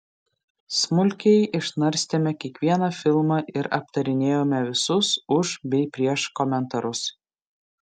smulkiai išnarstėme kiekvieną filmą ir aptarinėjome visus už bei prieš komentarus